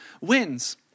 wins